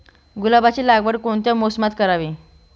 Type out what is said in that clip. गुलाबाची लागवड कोणत्या मोसमात करावी?